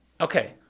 okay